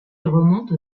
remontent